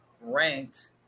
ranked